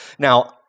Now